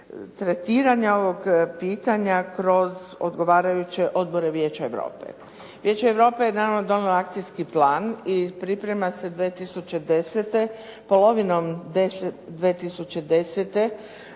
tretiranja ovog pitanja kroz odgovarajuće odbore Vijeća Europe. Vijeće Europe je nama donijelo akcijski plan i priprema se 2010., polovinom 2010.